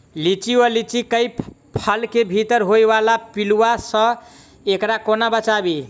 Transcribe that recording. लिच्ची वा लीची केँ फल केँ भीतर होइ वला पिलुआ सऽ एकरा कोना बचाबी?